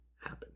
happen